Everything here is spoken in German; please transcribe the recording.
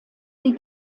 die